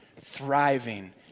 thriving